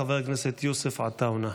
חבר הכנסת יוסף עטאונה.